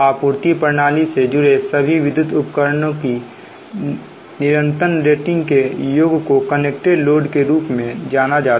आपूर्ति प्रणाली से जुड़े सभी विद्युत उपकरणों की निरंतर रेटिंग के योग को कनेक्टेड लोड के रूप में जाना जाता है